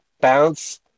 bounce